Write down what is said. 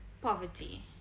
Poverty